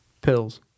Pills